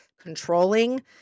controlling